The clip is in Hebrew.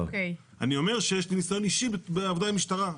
אני אומר, שיש לי ניסיון אישי בעבודה עם המשטרה.